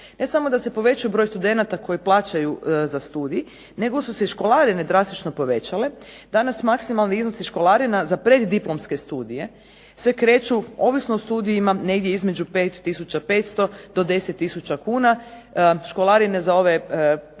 Ne samo da se povećao broj studenata koji plaćaju za studij nego su se i školarine drastično povećale. Danas maksimalni iznosi školarina za preddiplomske studije se kreću ovisno o studijima negdje između 5,500 do 10 000 kuna. Školarine za ove